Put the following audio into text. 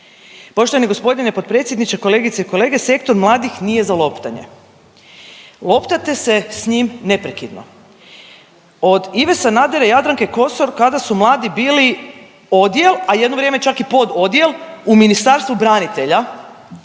Poštovani gospodine potpredsjedniče, kolegice i kolege sektor mladih nije za loptanje. Loptate se s njim neprekidno. Od Ive Sanadera i Jadranke Kosor kada su mladi bili odjel, a jedno vrijeme čak i pododjel u Ministarstvu branitelja